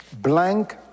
blank